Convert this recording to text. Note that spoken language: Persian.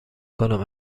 کنم